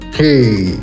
hey